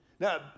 Now